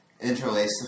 Interlace